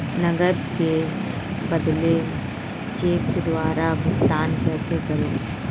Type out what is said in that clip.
नकद के बदले चेक द्वारा भुगतान कैसे करें?